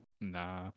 Nah